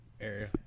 area